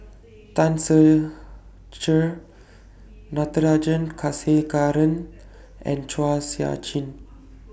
Tan Ser Cher Natarajan Chandrasekaran and Chua Sian Chin